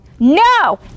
No